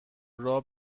راه